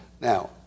Now